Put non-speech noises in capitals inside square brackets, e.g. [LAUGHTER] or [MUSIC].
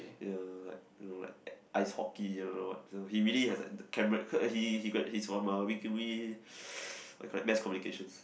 ya like you know like ice-hockey don't know what he really has the he he got he is from uh Wee Kim Wee [NOISE] what you call that mass communications